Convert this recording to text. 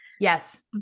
Yes